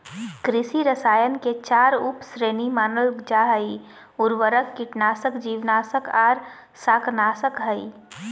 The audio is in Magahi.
कृषि रसायन के चार उप श्रेणी मानल जा हई, उर्वरक, कीटनाशक, जीवनाशक आर शाकनाशक हई